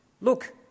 look